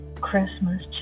Christmas